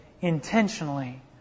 intentionally